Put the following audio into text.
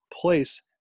place